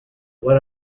what